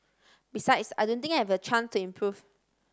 besides I don't think I have a chance to improve